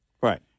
Right